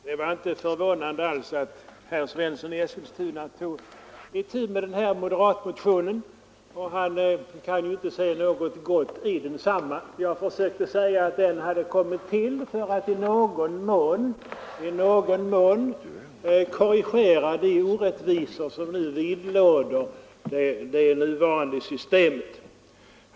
Herr talman! Det var inte alls förvånande att herr Svensson i Eskilstuna tog itu med den här moderatmotionen — han kan ju inte se något gott i densamma. Jag försökte säga att den hade tillkommit för att i någon mån korrigera de orättvisor som vidlåder det nuvarande systemet.